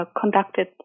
conducted